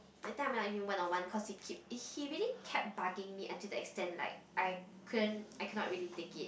that time I went out with him one on one cause he keep he really kept bugging me until the extent like I couldn't I cannot really take it